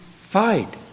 fight